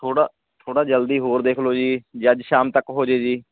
ਥੋੜ੍ਹਾ ਥੋੜ੍ਹਾ ਜਲਦੀ ਹੋਰ ਦੇਖ ਲਓ ਜੀ ਜੇ ਅੱਜ ਸ਼ਾਮ ਤੱਕ ਹੋ ਜਾਵੇ ਜੀ